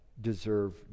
deserve